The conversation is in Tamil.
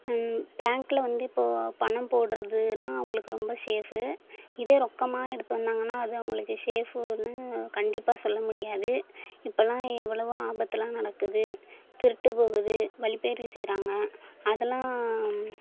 பேங்க்கில் வந்து இப்போது பணம் போடுறதுனா அவங்களுக்கு ரொம்ப ஷேஃபு இதே ரொக்கமாக எடுத்து வந்தாங்கனால் அது அவங்களுக்கு ஷேஃபு ஒன்று கண்டிப்பாக சொல்லமுடியாது இப்போல்லாம் எவ்வளவோ ஆபத்துலாம் நடக்குது திருட்டு போகுது வழிப்பறி செய்கிறாங்க அதல்லாம்